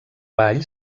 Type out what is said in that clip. vall